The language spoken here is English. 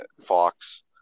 Fox